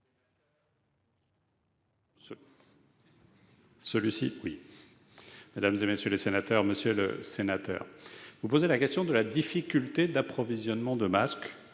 vous posez la question des difficultés d'approvisionnement en masques